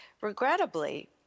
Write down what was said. Regrettably